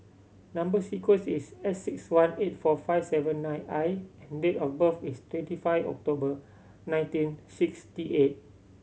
number sequence is S six one eight four five seven nine I and date of birth is twenty five October nineteen sixty eight